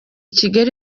kigali